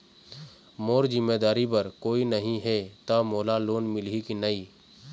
मोर जिम्मेदारी बर कोई नहीं हे त मोला लोन मिलही की नहीं?